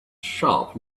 sharp